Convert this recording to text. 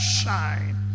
shine